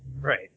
right